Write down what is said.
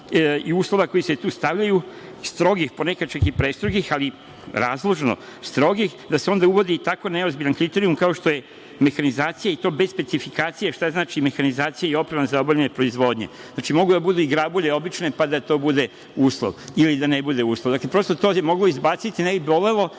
uslova koji se tu stavljaju, strogih, ponekad čak i prestrogih, ali razložno strogih, da se tako uvodi i neozbiljan kriterijum kao što je mehanizacija i to bez specifikacije šta znači mehanizacija i oprema za obavljanje proizvodnje. Znači, mogu da budu i obične grabulje, pa da to bude uslov ili da ne bude uslov. Prosto, to bi se moglo izbaciti, ne bi bolelo,